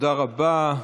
תודה רבה.